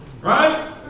Right